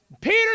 Peter